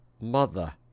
Mother